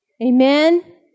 Amen